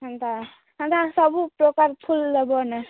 ହେନ୍ତା ହେନ୍ତା ସବୁପ୍ରକାର ଫୁଲ ଦବନା